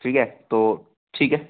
ठीक है तो ठीक है